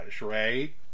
right